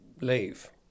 leave